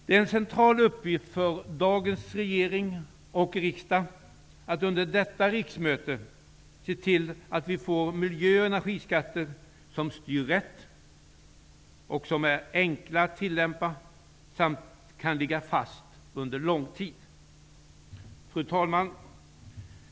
Det är en central uppgift för dagens regering och riksdag att under detta riksmöte se till att vi får miljö och energiskatter som styr rätt, som är enkla att tillämpa och som kan ligga fast under lång tid. Fru talman!